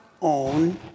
own